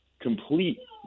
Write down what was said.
complete